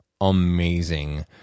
amazing